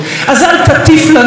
אז אל תטיף לנו.